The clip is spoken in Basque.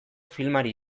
filmari